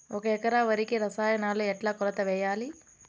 ఒక ఎకరా వరికి రసాయనాలు ఎట్లా కొలత వేయాలి?